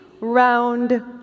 round